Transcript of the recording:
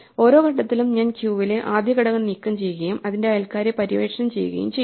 ഓരോ ഘട്ടത്തിലും ഞാൻ ക്യൂവിലെ ആദ്യ ഘടകം നീക്കംചെയ്യുകയും അതിന്റെ അയൽക്കാരെ പര്യവേക്ഷണം ചെയ്യുകയും ചെയ്യും